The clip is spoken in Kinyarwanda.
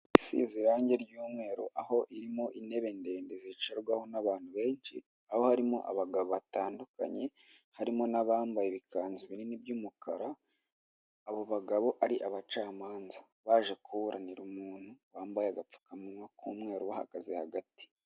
Isize irangi ry'umweru aho irimo intebe ndende zicarwaho n'abantu benshi, aho harimo abagabo batandukanye harimo n'abambaye ibikanzu binini by'umukara, abo bagabo ari abacamanza baje kuburanira umuntu wambaye agapfukamunwa k'umweru ubahagaze hagati.